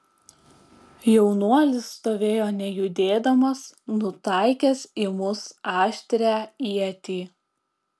jaunuolis stovėjo nejudėdamas nutaikęs į mus aštrią ietį